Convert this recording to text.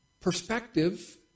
perspective